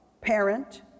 Parent